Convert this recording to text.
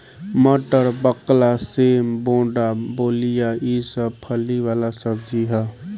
मटर, बकला, सेम, बोड़ा, लोबिया ई सब फली वाला सब्जी ह